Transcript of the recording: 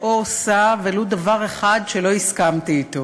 או עושה ולו דבר אחד שלא הסכמתי אתו,